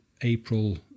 april